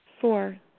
Four